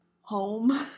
home